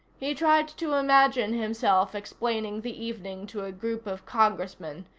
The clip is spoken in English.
he tried to imagine himself explaining the evening to a group of congressmen.